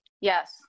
Yes